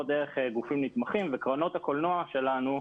דרך גופים נתמכים וקרנות הקולנוע שלנו,